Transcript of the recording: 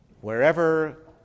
Wherever